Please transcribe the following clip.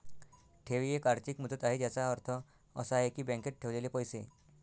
ठेव ही एक आर्थिक मुदत आहे ज्याचा अर्थ असा आहे की बँकेत ठेवलेले पैसे